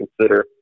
consider